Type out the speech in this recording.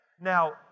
Now